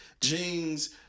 jeans